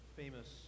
famous